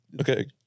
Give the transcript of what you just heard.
Okay